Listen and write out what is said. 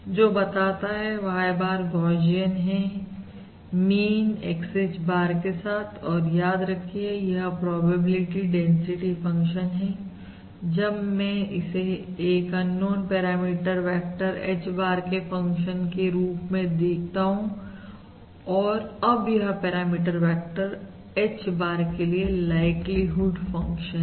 जो बताता है Y bar गौशियन है मीन XH bar के साथ और याद रखिए यह प्रोबेबिलिटी डेंसिटी फंक्शन है जब मैं इसे एक unknown parameter vector H bar के फंक्शन के रूप में देखता हूं और अब यह पैरामीटर वेक्टर H bar के लिए लाइक्लीहुड फंक्शन है